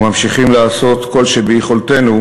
וממשיכים לעשות כל שביכולתנו